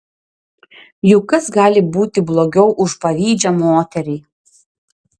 juk kas gali būti blogiau už pavydžią moterį